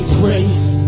grace